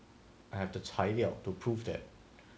I have to 材料 to prove that